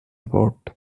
about